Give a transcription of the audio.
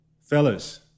Fellas